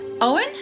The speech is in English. Owen